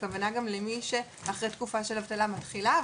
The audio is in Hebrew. הכוונה גם למי שאחרי תקופה של אבטלה,